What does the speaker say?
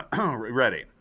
Ready